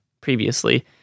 previously